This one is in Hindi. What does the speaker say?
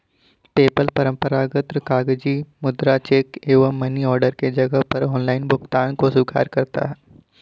पेपल परंपरागत कागजी मुद्रा, चेक एवं मनी ऑर्डर के जगह पर ऑनलाइन भुगतान को स्वीकार करता है